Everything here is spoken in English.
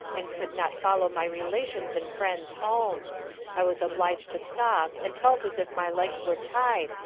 and could not follow my relations and friends home i was obliged to stop and felt as if my legs were tied,